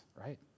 right